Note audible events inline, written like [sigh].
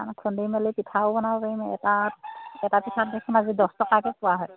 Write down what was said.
[unintelligible] খুন্দি মেলি পিঠাও বনাব পাৰিম এটাত এটা পিঠাত দেখোন আজি দছ টকাকৈ পোৱা হয়